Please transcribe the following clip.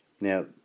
Now